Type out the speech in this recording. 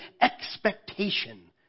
expectation